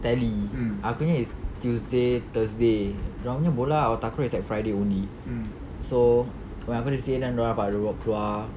tally aku nya is tuesday thursday dorang nya bola or takraw is at friday only so when aku ada C_C_A then dorang dapat keluar